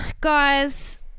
guys